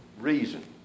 reason